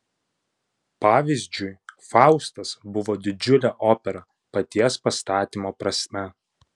pavyzdžiui faustas buvo didžiulė opera paties pastatymo prasme